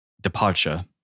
departure